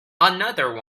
another